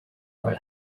while